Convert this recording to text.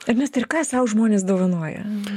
ernestai ir ką sau žmonės dovanoja